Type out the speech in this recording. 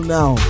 now